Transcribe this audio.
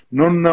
non